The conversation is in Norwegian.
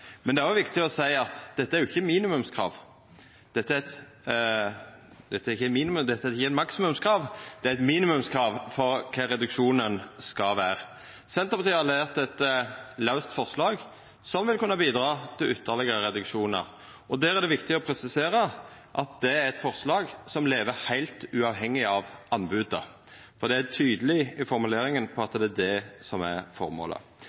men det er òg viktig å seia at dette ikkje er eit maksimumskrav, men eit minimumskrav til kva reduksjonen skal vera. Senterpartiet har levert eit laust forslag som vil kunna bidra til ytterlegare reduksjonar. Der er det viktig å presisera at det er eit forslag som lever heilt uavhengig av anboda, og det er tydeleg i formuleringa at det er det som er formålet.